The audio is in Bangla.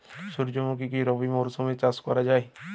সুর্যমুখী কি রবি মরশুমে চাষ করা যায়?